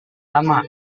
lama